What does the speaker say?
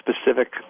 specific